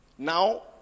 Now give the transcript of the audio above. Now